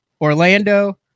Orlando